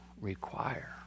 require